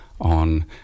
on